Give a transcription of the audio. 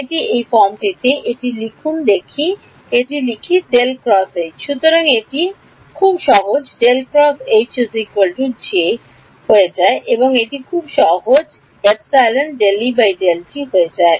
এটি এই ফর্মটিতে এটি লিখুন প্রথমে এটি লিখি সুতরাং এটি সহজ হয়ে যায় এবং এটি সহজ হয়ে যায়